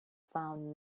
found